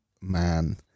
man